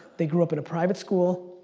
they grew up in a private school.